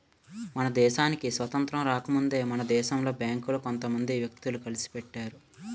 మన దేశానికి స్వాతంత్రం రాకముందే మన దేశంలో బేంకులు కొంత మంది వ్యక్తులు కలిసి పెట్టారు